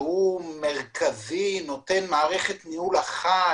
מרכזי שנותן מערכת ניהול אחת,